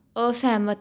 ਅਸਹਿਮਤ